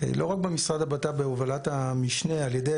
לא רק במשרד הבט"פ בהובלת המשנה על ידי